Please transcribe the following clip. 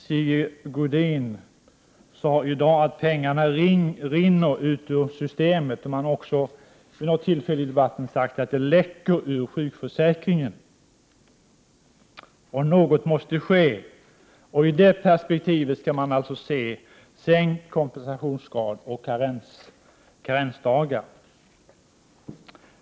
Sigge Godin sade i dag att pengarna rinner ut ur systemet, och man har också vid något tillfälle i debatten sagt att det läcker ur sjukförsäkringen och att något måste ske. I det perspektivet skall man alltså se sänkt kompensationsgrad och karensdagar.